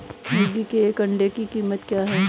मुर्गी के एक अंडे की कीमत क्या है?